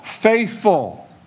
faithful